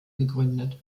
gegründet